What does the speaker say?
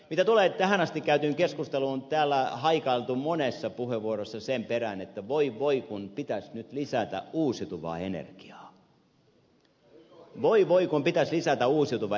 mitä tulee tähän asti käytyyn keskusteluun niin täällä on haikailtu monessa puheenvuorossa sen perään että voi voi kun pitäisi nyt lisätä uusiutuvaa energiaa voi voi kun pitäisi lisätä uusiutuvaa energiaa